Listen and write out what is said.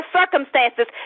circumstances